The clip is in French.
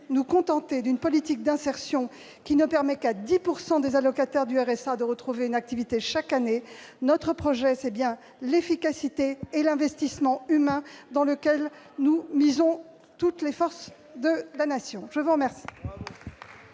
nous contenter d'une politique d'insertion qui ne permet qu'à 10 % des allocataires du RSA de retrouver une activité chaque année. Notre projet, c'est bien l'efficacité et l'investissement humain, dans lequel nous misons toutes les forces de la Nation. La parole